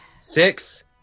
Six